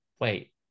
wait